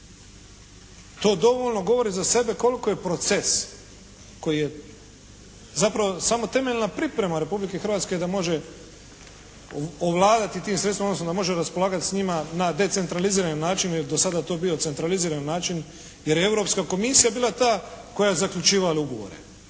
To dovoljno govori za sebe koliko je proces koji je zapravo samo temeljna priprema Republike Hrvatske da može ovladati tim sredstvima, odnosno da može raspolagati s njima na decentralizirani način, jer je do sada to bio centralizirani način jer je Europska Komisija bila ta koja je zaključivala ugovore.